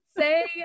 Say